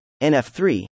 nf3